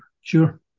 sure